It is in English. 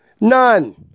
None